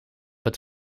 het